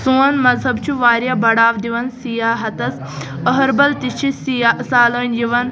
سون مذَہب چھُ واریاہ بَڑاو دِوان سِیاحتَس اہربل تہِ چھُ سِیاح سالٲنۍ یِوان